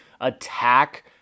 Attack